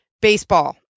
Baseball